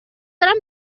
دارم